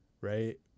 Right